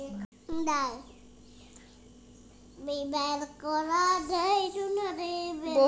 বহু জলীয় পদার্থকে চাসের জমিতে সার হিসেবে ব্যবহার করাক যায়